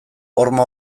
horma